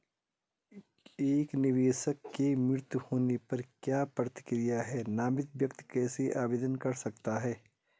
एक निवेशक के मृत्यु होने पर क्या प्रक्रिया है नामित व्यक्ति कैसे आवेदन कर सकता है?